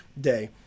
day